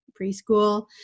preschool